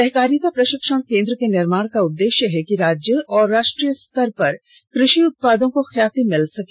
सहकारिता प्रशिक्षण केंद्र के निर्माण का उद्देश्य है कि राज्य और राष्ट्रीय स्तर पर क्रषि उत्पादों को ख्याति मिल सके